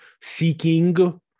seeking